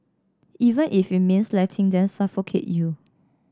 even if it means letting them suffocate you